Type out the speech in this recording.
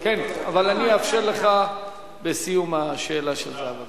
אבל אני אאפשר לך בסיום השאלה של זהבה גלאון.